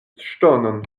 ŝtonon